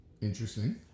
Interesting